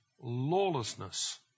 lawlessness